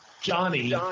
johnny